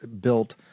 built